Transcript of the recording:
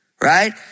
Right